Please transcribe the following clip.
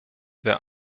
wer